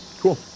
cool